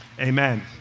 Amen